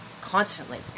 constantly